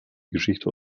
geschichte